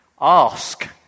ask